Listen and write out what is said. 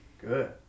Good